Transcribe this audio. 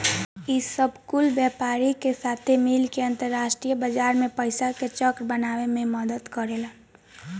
ई सब कुल व्यापारी के साथे मिल के अंतरास्ट्रीय बाजार मे पइसा के चक्र बनावे मे मदद करेलेन